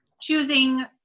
choosing